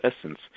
essence